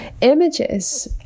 images